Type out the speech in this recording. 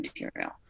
material